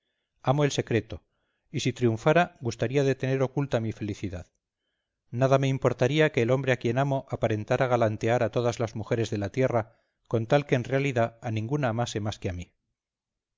amo el secreto y si triunfara gustaría de tener oculta mi felicidad nada me importaría que el hombre a quien amo aparentara galantear a todas las mujeres de la tierra con tal que en realidad a ninguna amase más que a mí